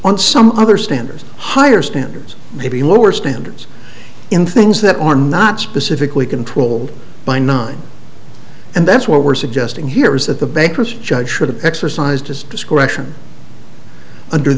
on some other standards higher standards maybe lower standards in things that are not specifically controlled by nine and that's what we're suggesting here is that the bankruptcy judge should have exercised his discretion under